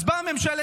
במסגרת,